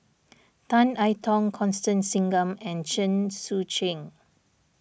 Tan I Tong Constance Singam and Chen Sucheng